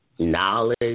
Knowledge